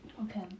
Okay